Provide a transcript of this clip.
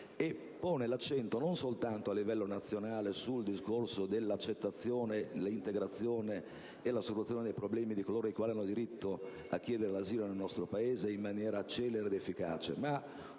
pone l'accento non soltanto a livello nazionale sul discorso dell'accettazione, dell'integrazione e della soluzione dei problemi di coloro i quali hanno diritto a chiedere l'asilo nel nostro Paese in maniera celere ed efficace, ma